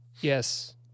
Yes